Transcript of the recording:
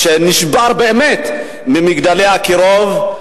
שנשבר באמת ב"מגדלי אקירוב",